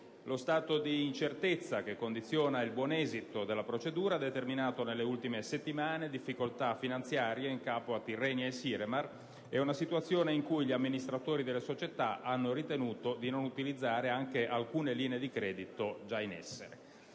lo stato di incertezza che condiziona il buon esito della procedura ha determinato, nelle ultime settimane, difficoltà di carattere finanziario in capo a Tirrenia e Siremar, e una situazione in cui gli amministratori della società hanno ritenuto di non utilizzare anche alcune linee di credito già in essere.